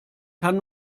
kann